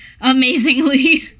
Amazingly